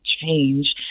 change